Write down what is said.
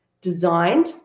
designed